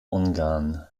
ungarn